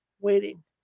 Waiting